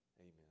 Amen